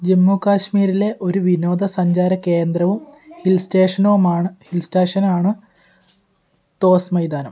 ജമ്മു കാശ്മീരിലെ ഒരു വിനോദസഞ്ചാര കേന്ദ്രവും ഹിൽ സ്റ്റേഷനുമാണ് ഹിൽ സ്റ്റേഷനാണ് തോസ് മൈതാനം